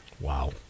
Wow